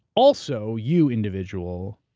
also, you individual,